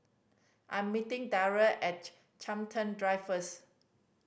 I am meeting Derrell at Chiltern Drive first